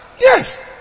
Yes